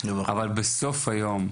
אבל בסוף היום,